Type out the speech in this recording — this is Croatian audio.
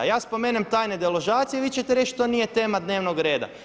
Ja spomenem tajne deložacije vi ćete reći to nije tema dnevnog reda.